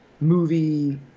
movie